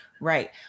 Right